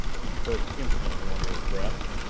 he cursed impotently under his breath.